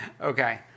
Okay